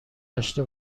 داشته